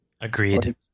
Agreed